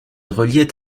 reliait